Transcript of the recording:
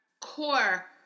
core